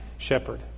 Shepherd